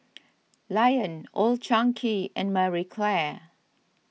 Lion Old Chang Kee and Marie Claire